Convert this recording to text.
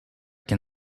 can